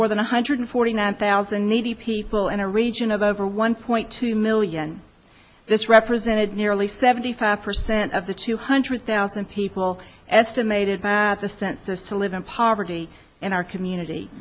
more than one hundred forty nine thousand needy people in a region of over one point two million this represented nearly seventy five percent of the two hundred thousand people estimated by the census to live in poverty in our community